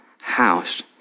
house